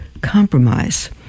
compromise